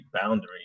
boundary